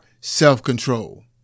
self-control